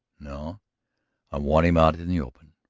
no i want him out in the open,